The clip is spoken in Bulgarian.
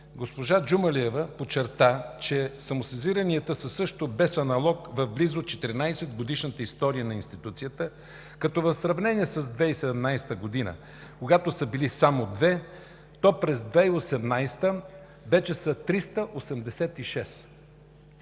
Госпожа Джумалиева подчерта, че самосезиранията са също без аналог в близо 14-годишната история на институцията, като в сравнение с 2017 г., когато са били само 2, то през 2018 г. вече са 386.